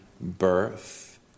birth